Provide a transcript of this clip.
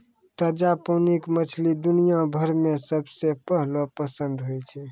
ताजा पानी के मछली दुनिया भर मॅ सबके पहलो पसंद होय छै